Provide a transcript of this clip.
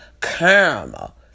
caramel